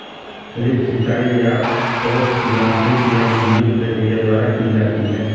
lift सिंचाई या तो यांत्रिक या विद्युत प्रक्रिया द्वारा की जाती है